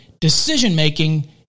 decision-making